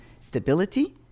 stability